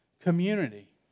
community